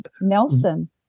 Nelson